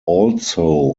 also